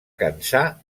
cansar